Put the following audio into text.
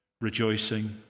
rejoicing